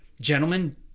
Gentlemen